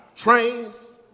Trains